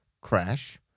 crash